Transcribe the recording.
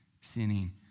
sinning